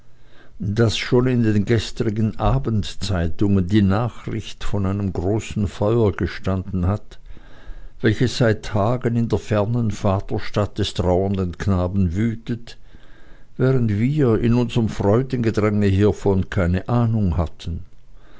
daß schon in den gestrigen abendzeitungen die nachricht von einem großen feuer gestanden hat welches seit tagen in der fernen vaterstadt des trauernden knaben watet während wir in unserm freudengedränge hievon keine ahnung hatten